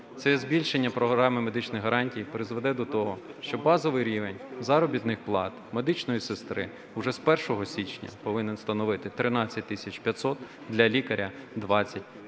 Це збільшення програми медичних гарантій призведе до того, що базовий рівень заробітних плат медичної сестри вже з 1 січня повинен становити 13 тисяч 500 гривень, для лікаря – 20 тисяч